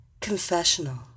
confessional